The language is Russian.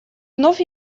вновь